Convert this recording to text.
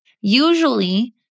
Usually